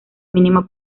mínima